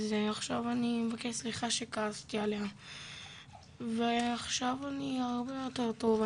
אז עכשיו אני מבקש סליחה שכעסתי עליה ועכשיו אני הרבה יותר טוב.